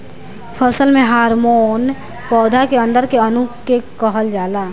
फसल में हॉर्मोन पौधा के अंदर के अणु के कहल जाला